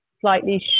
slightly